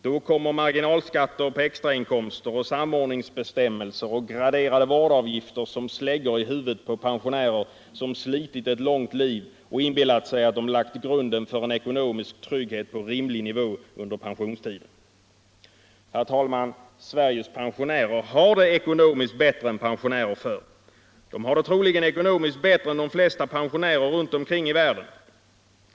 Då kommer marginalskatter, samordningsbestämmelser och graderade vårdavgifter som släggor i huvudet på pensionärer som slitit ett långt liv och inbillat sig att de lagt grunden för en ekonomisk trygghet på rimlig nivå under pensionstiden. Herr talman! Sveriges pensionärer har det ekonomiskt bättre än de hade förr. De har det troligen ekonomiskt bättre än de flesta pensionärer runt omkring i världen.